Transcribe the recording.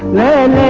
then